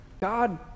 God